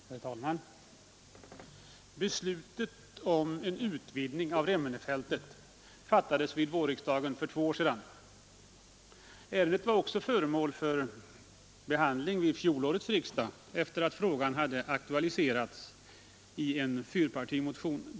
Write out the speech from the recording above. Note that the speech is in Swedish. Herr talman! Beslutet om en utvidgning av Remmenefältet fattades av vårriksdagen för två år sedan. Ämnet var också föremål för behandling vid fjolårets riksdag efter det att frågan hade aktualiserats i en flerpartimotion.